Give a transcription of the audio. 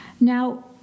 Now